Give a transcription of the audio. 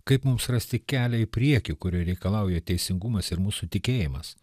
kaip mums rasti kelią į priekį kurio reikalauja teisingumas ir mūsų tikėjimas